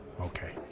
Okay